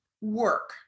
work